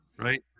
right